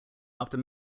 after